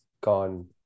gone